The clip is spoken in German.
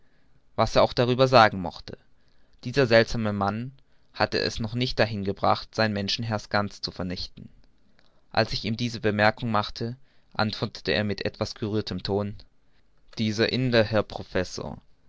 was er auch darüber sagen mochte dieser seltsame mann hatte es noch nicht dahin gebracht sein menschenherz ganz zu vernichten als ich ihm diese bemerkung machte antwortete er mir mit etwas gerührtem ton dieser indier herr professor